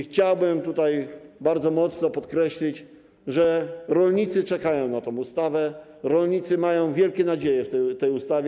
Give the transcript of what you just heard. Chciałbym tutaj bardzo mocno podkreślić, że rolnicy czekają na tę ustawę, rolnicy pokładają wielkie nadzieje w tej ustawie.